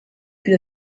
più